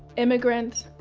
immigrant,